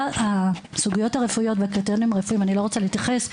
הסוגיות הרפואיות והקריטריונים הרפואיים אני לא רוצה להתייחס,